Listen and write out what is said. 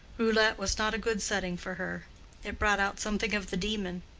roulette was not a good setting for her it brought out something of the demon.